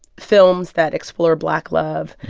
films that explore black love.